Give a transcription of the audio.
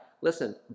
Listen